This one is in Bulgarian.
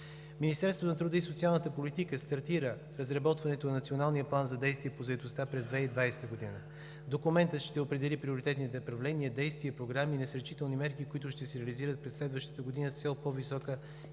Министерството на труда и социалната политика стартира разработването на Националния план за действие по заетостта през 2020 г. Документът ще определи приоритетните направления, действия, програми, насърчителни мерки, които ще се реализират през следващата година с цел по-висока